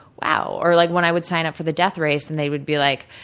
wow. or, like when i would sign up for the death race, and they would be like,